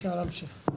אפשר להמשיך.